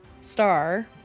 Star